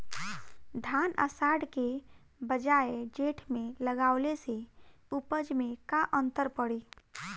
धान आषाढ़ के बजाय जेठ में लगावले से उपज में का अन्तर पड़ी?